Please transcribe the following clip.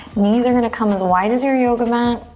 knees are gonna come as wide as your yoga mat.